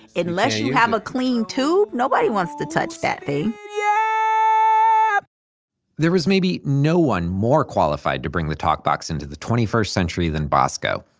unless you have a clean tube, nobody wants to touch that thing yeah um there was maybe no one more qualified to bring the talkbox into the twenty first century than bosco.